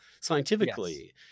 scientifically